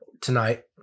tonight